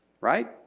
Right